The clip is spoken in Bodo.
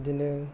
बिदिनो